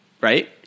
right